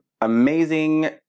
amazing